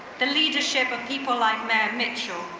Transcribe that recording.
the leadership of people like matt mitchell,